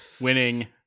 winning